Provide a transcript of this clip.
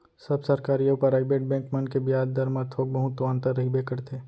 सब सरकारी अउ private bank मन के बियाज दर म थोक बहुत तो अंतर रहिबे करथे